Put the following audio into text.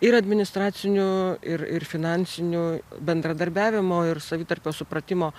ir administracinių ir ir finansinių bendradarbiavimo ir savitarpio supratimo